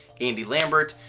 andy lambert,